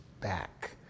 back